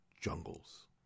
jungles